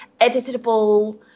editable